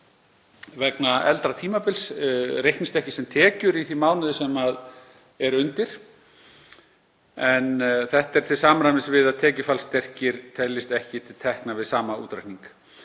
vegna eldra tímabils reiknist ekki sem tekjur í þeim mánuði sem er undir, en þetta er til samræmis við að tekjufallsstyrkir teljist ekki til tekna við sama útreikning.